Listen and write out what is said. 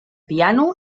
piano